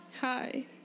hi